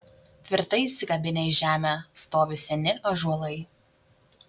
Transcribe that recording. tvirtai įsikabinę į žemę stovi seni ąžuolai